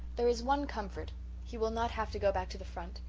there is one comfort he will not have to go back to the front.